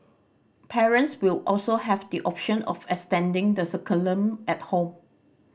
parents will also have the option of extending the curriculum at home